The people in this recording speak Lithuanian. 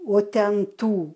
o ten tų